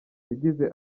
yagize